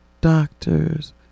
doctors